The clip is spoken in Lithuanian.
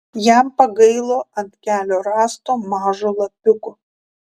jam pagailo ant kelio rasto mažo lapiuko